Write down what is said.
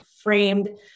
framed